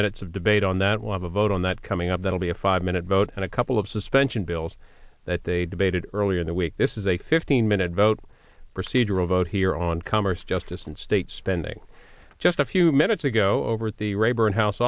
minutes of debate on that want to vote on that coming up that will be a five minute vote and a couple of suspension bills that they debated earlier in the week this is a fifteen minute vote procedural vote here on commerce justice and state spending just a few minutes ago over at the rayburn house